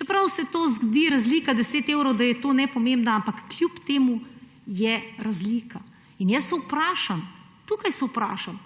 Čeprav se zdi, da je razlika 10 evrov nepomembna, ampak kljub temu je razlika. In jaz se vprašam, tukaj se vprašam,